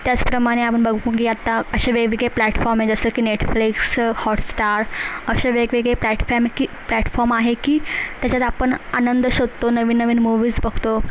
त्यासप्रमाणे आपण बघू की आत्ता असे वेगवेगळे प्लॅटफॉम आहेत जसं की नेटफ्लिक्स हॉटस्टार असे वेगवेगळे प्लॅटफॅम की प्लॅटफॉम आहे की त्याच्यात आपण आनंद शोधतो नवीन नवीन मुव्हीज बघतो